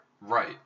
Right